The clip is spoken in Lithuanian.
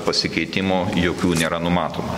pasikeitimų jokių nėra numatoma